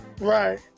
Right